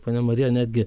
ponia marija netgi